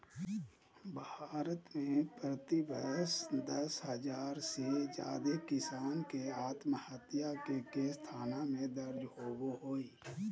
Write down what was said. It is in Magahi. भारत में प्रति वर्ष दस हजार से जादे किसान के आत्महत्या के केस थाना में दर्ज होबो हई